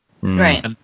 Right